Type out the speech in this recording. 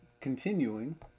continuing